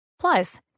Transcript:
Plus